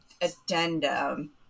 addendum